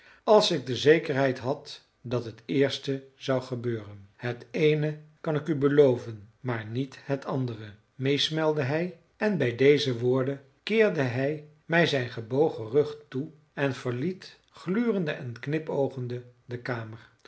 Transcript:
als ik de zekerheid had dat het eerste zou gebeuren het eene kan ik u beloven maar niet het andere meesmuilde hij en bij deze woorden keerde hij mij zijn gebogen rug toe en verliet glurende en knipoogende de kamer